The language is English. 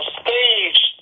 stage